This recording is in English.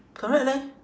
correct leh